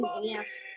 Yes